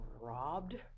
robbed